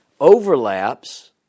overlaps